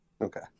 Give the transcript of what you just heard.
Okay